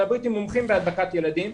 והבריטים מומחים בהדבקת ילדים,